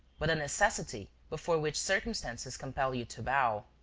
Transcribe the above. but a necessity before which circumstances compel you to bow.